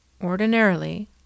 ordinarily